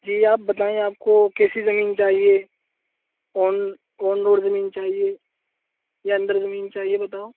جی آپ بتائیں آپ کو کیسی زمین چاہیے آن آن روڈ زمین چاہیے یا اندر زمین چاہیے بتاؤ